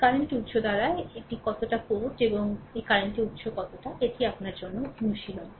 এই কারেন্ট উৎস দ্বারা এটি কতটা পোর্ট এবং এই কারেন্ট উৎস কতটা এটি আপনার জন্য অনুশীলন